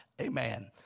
Amen